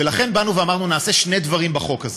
ולכן באנו ואמרנו שנעשה שני דברים בחוק הזה: